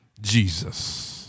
Jesus